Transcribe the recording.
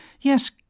Yes